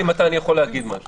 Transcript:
תגיד לי מתי אני יכול להגיד משהו.